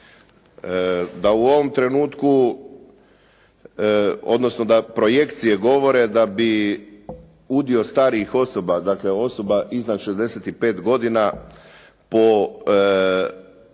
da ova populacija raste, da projekcije govore da bi udio starih osoba, dakle osoba iznad 65 godina, po 2031.